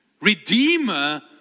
redeemer